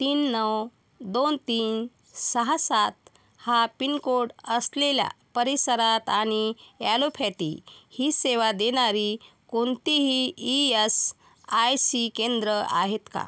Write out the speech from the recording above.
तीन नऊ दोन तीन सहा सात हा पिनकोड असलेल्या परिसरात आणि ॲलोफॅथी ही सेवा देणारी कोणतीही ई यस आय सी केंद्रं आहेत का